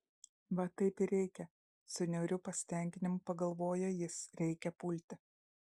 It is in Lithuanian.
va taip ir reikia su niauriu pasitenkinimu pagalvojo jis reikia pulti